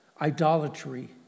idolatry